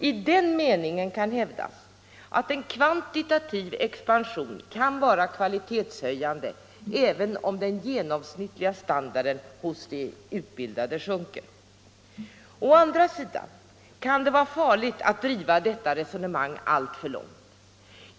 I den meningen kan hävdas att en kvantitativ expansion kan vara kvalitetshöjande även om den genomsnittliga standarden hos de utbildade sjunker. Å andra sidan kan det vara farligt att driva detta resonemang alltför långt.